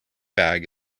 bag